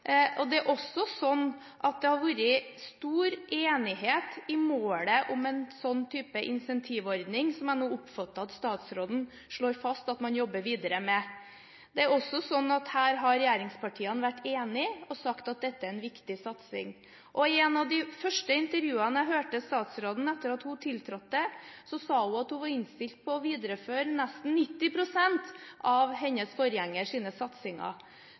Det er også sånn at det har vært stor enighet om målet om en sånn type incentivordning som jeg nå oppfatter at statsråden slår fast at man jobber videre med. Her har regjeringspartiene også vært enige og sagt at dette er en viktig satsing, og i et av de første intervjuene jeg hørte med statsråden etter at hun tiltrådte, sa hun at hun var innstilt på å videreføre nesten 90 pst. av sin forgjengers satsinger.